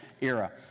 era